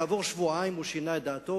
כעבור שבועיים הוא שינה את דעתו,